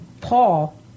Paul